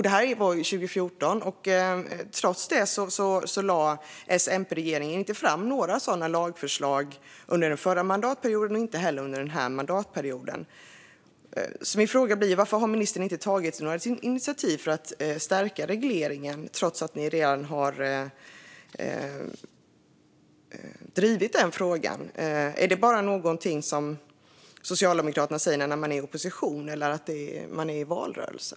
Det var alltså 2014. Trots det lade S-MP-regeringen inte fram några sådana lagförslag, varken under den förra mandatperioden eller under den här. Jag undrar därför varför ministern inte tagit några initiativ för att stärka regleringen, trots att ni tidigare drivit den frågan. Är det något som Socialdemokraterna bara säger när man är i opposition eller i en valrörelse?